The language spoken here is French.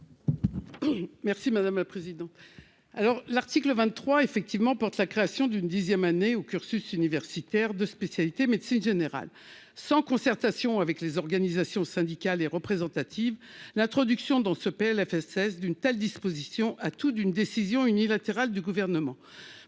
l'amendement n° 899. L'article 23 tend à créer une dixième année au cursus universitaire de spécialité médecine générale. Sans concertation avec les organisations syndicales et représentatives, l'introduction dans le PLFSS d'une telle disposition a tout d'une décision unilatérale du Gouvernement.